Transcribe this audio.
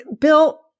Bill